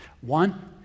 One